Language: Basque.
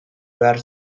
behar